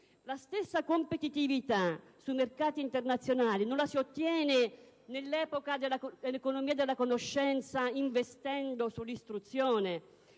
La stessa competitività sui mercati internazionali non la si ottiene, nell'epoca dell'economia della conoscenza, investendo sull'istruzione